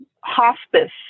hospice